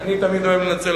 אני תמיד אוהב לנצל,